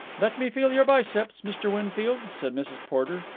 let me feel your biceps, mr. winfield, said mrs. porter.